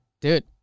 Dude